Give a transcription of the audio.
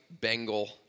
Bengal